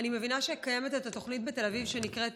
אני מבינה שקיימת עתה תוכנית בתל אביב שנקראת